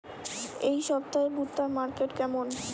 এই সপ্তাহে ভুট্টার মার্কেট কেমন?